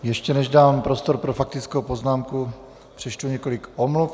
Ještě než dám prostor pro faktickou poznámku, přečtu několik omluv.